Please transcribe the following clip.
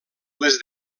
les